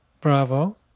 bravo